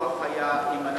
הוויכוח היה אם אנחנו,